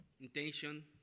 intention